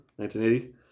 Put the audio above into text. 1980